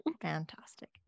Fantastic